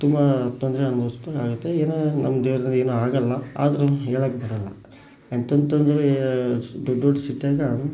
ತುಂಬ ತೊಂದರೆ ಅನುಭವಿಸ್ಬೇಕಾಗುತ್ತೆ ಏನೋ ನಮ್ಮ ದೇವ್ರ ದಯೆ ಏನೂ ಆಗೋಲ್ಲ ಆದರೂ ಹೇಳೋಕೆ ಬರೋಲ್ಲ ಎಂತೆಂತ ಅಂದ್ರೆ ದೊಡ್ಡ ದೊಡ್ಡ ಸಿಟಿಯಾಗ